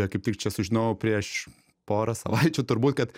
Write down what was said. kaip tik čia sužinojau prieš porą savaičių turbūt kad